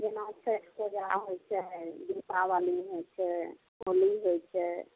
जेना छठि पूजा होइ छै दीपावली होइ छै होली होइ छै